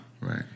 right